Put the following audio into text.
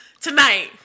tonight